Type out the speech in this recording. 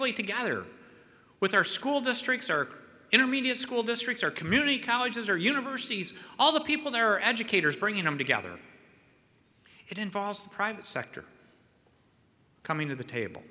ly together with our school districts or intermediate school districts or community colleges or universities all the people there are educators bringing them together it involves the private sector coming to the table